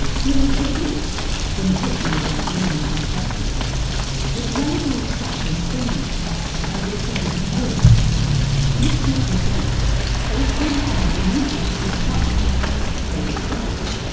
there is a risk when talking about leadership practices that labels such as feminine and ethic of care misrepresent misrepresent or somehow diminish the substance they describe.